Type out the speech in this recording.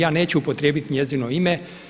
Ja neću upotrijebiti njezino ime.